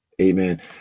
Amen